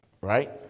Right